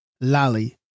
Lali